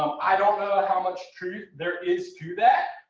i don't know ah how much truth there is to that.